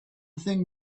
thing